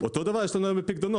אותו הדבר יש לנו היום בפיקדונות.